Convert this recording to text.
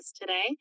today